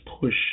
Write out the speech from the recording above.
push